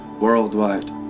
worldwide